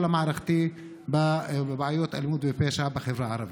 המערכתי בבעיות אלימות ופשע בחברה הערבית.